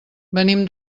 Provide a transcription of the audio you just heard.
venim